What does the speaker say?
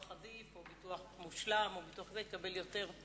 "עדיף" או ביטוח "מושלם" הוא יקבל יותר.